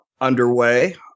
underway